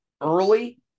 early